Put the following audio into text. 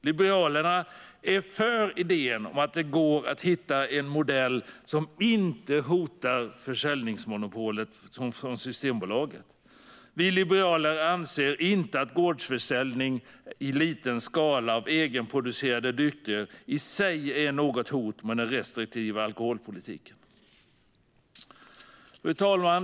Liberalerna är för idén om att det går att hitta en modell som inte hotar Systembolagets försäljningsmonopol. Vi liberaler anser inte att gårdsförsäljning i liten skala av egenproducerade drycker i sig är något hot mot den restriktiva alkoholpolitiken.